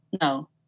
No